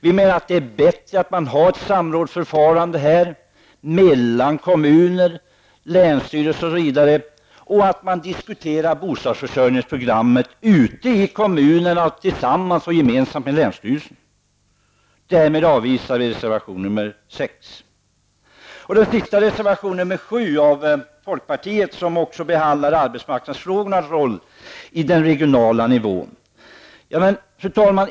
Vi menar att det är bättre med samråd mellan kommuner, länsstyrelser osv. och att man diskuterar bostadsförsörjningsprogrammet ute i kommunerna tillsammans med länsstyrelsen. Därmed yrkar jag avslag på reservation 6. Den sista reservationen är folkpartireservationen 7 Fru talman!